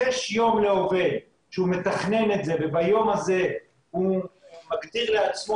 כשיש יום לעובד שהוא מתכנן את זה וביום הזה הוא מגדיר לעצמו